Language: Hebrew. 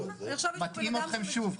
מטעים אתכם שוב.